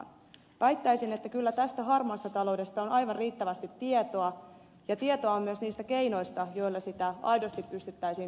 väittäisin että kyllä tästä harmaasta taloudesta on aivan riittävästi tietoa ja tietoa on myös niistä keinoista joilla sitä aidosti pystyttäisiin torjumaan